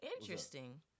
Interesting